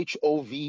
HOV